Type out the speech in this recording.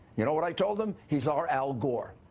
you know what i told him? he's our al gore.